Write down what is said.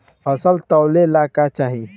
फसल तौले ला का चाही?